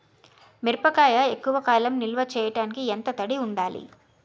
మిరపకాయ ఎక్కువ కాలం నిల్వ చేయటానికి ఎంత తడి ఉండాలి?